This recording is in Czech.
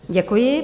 Děkuji.